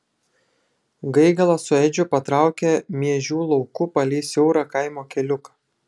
gaigalas su edžiu patraukė miežių lauku palei siaurą kaimo keliuką